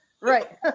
right